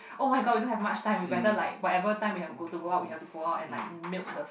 [oh]-my-god we don't have much time we better like whatever time we have to go out we go out and like milk the